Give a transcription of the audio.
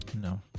No